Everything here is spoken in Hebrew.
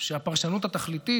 שהפרשנות התכליתית,